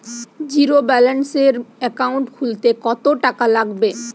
জিরোব্যেলেন্সের একাউন্ট খুলতে কত টাকা লাগবে?